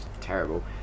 terrible